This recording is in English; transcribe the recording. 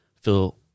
feel